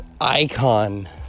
icon